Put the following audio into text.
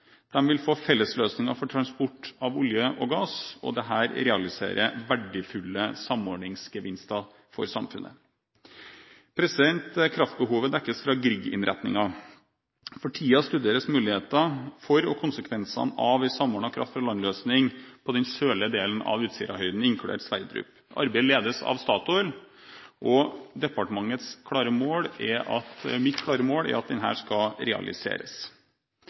fellesløsninger for transport av olje og gass, og dette realiserer verdifulle samordningsgevinster for samfunnet. Kraftbehovet dekkes fra Edvard Grieg-innretningen. For tiden studeres mulighetene for og konsekvensene av en samordnet kraft fra land-løsning på den sørlige delen av Utsirahøyden, inkludert Johan Sverdrup-feltet. Arbeidet ledes av Statoil, og mitt klare mål er at